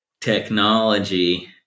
technology